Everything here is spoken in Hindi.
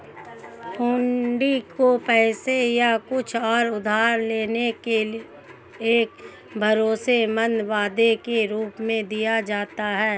हुंडी को पैसे या कुछ और उधार लेने के एक भरोसेमंद वादे के रूप में दिया जाता है